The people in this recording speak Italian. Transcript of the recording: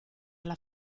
alla